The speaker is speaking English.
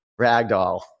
Ragdoll